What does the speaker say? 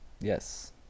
Yes